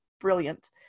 brilliant